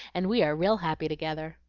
and we are real happy together.